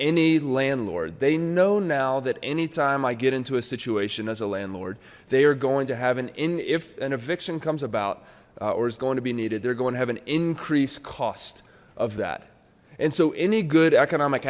any landlord they know now that anytime i get into a situation as a landlord they are going to have an in if an eviction comes about or is going to be needed they're going to have an increased cost of that and so any good economic